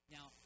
Now